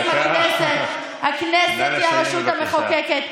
חברים, הכנסת, הכנסת היא הרשות המחוקקת.